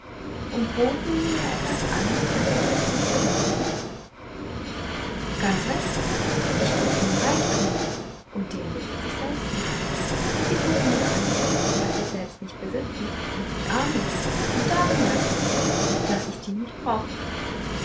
und boten mir etwas an was sie selbst nicht besaßen ganz recht ich bot ihnen reichtum und den besitze ich selbst nicht und sie boten mir an was sie selbst nicht besitzen nämlich armut und da bemerkte ich daß ich die nicht brauchen könne